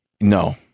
No